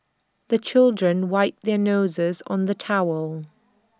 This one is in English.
the children wipe their noses on the towel